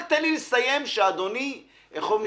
תן לי לציין שאדוני איך אומרים?